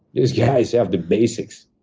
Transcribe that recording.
these guys have the basics,